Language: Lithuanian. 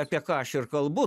apie ką aš ir kalbu